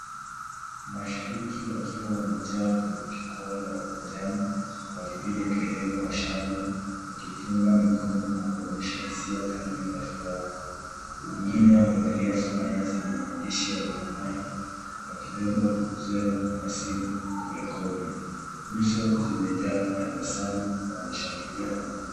Mashabiki wakiwa wamejaa kwenye jukwaa la uwanjani wakipiga kelele kwa shangwe, wakipunga mikono na kuonyesha hisia kali za furaha. Wengine wamevalia fulana zenye maandishi ya Gor Mahia, wakibeba vuvuzela na simu kurekodi. Nyuso zao zimejaa tabasamu na wanashangilia kwa nguvu.